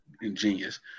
ingenious